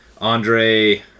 Andre